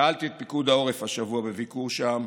שאלתי את פיקוד העורף השבוע בביקור שם: